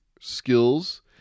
skills